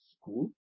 school